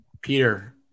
Peter